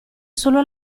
solo